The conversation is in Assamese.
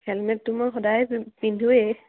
হেলমেটতো মই সদায়ে পিন পিন্ধোৱেই